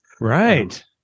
Right